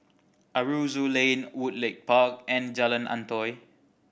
Aroozoo Lane Woodleigh Park and Jalan Antoi